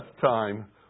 time